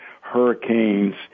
hurricanes